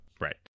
right